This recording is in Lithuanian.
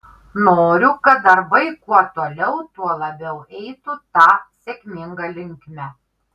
noriu kad darbai kuo toliau tuo labiau eitų ta sėkminga linkme